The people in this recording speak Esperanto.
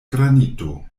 granito